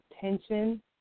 tension